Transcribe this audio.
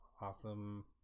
awesome